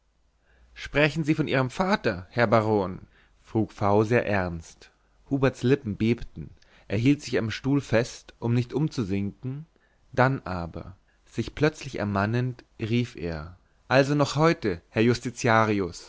sprechen sie von ihrem vater herr baron frug v sehr ernst huberts lippen bebten er hielt sich an dem stuhl fest um nicht umzusinken dann aber sich plötzlich ermannend rief er also noch heute herr justitiarius